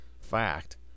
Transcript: fact